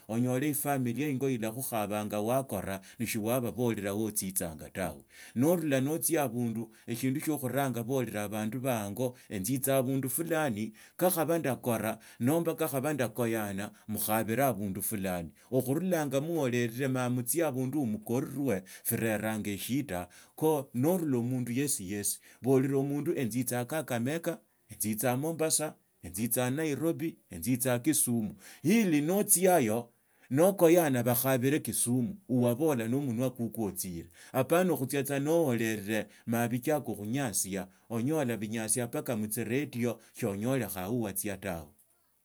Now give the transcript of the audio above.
Onyole efamilia ingo ila irakhukhabanga wakora mishiurababora wotsitsanga tawe norola notsia obundu eshindu shio khuranha boraraa notsia abundu eshindu shio khuranga boraraa abandu baa enzitsa abundu fulani kakhaba ndakora nomba kakhoba ndakoyana okhabile abundu fulani okhusula muhorara ma mutsia abundu wo mukorwe fika eshida kho norura mundu yesiyesi borira omundu enzitsaa kakamega e nsitsa mombasa enzitsaa nairobi enzitsaa kisumu ili notsiayo nokoyana okhabile kisumu obabola no munwa kukwo otsire opana khutsia tsa noharera ma bitsaka khunyasia onyola binyasia mbaka mutchiredio soonyotekha wa wachia tawe.